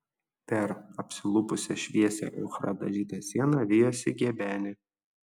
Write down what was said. per apsilupusią šviesia ochra dažytą sieną vijosi gebenė